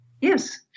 Yes